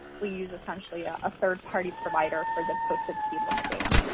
we use essentially a ah third party provider for the posted speed limit data.